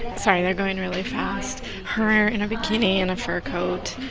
sorry. they're going really fast her in a bikini, in a fur coat.